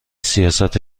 سیاست